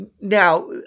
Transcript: now